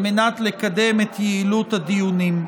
על מנת לקדם את יעילות הדיונים.